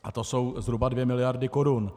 A to jsou zhruba dvě miliardy korun.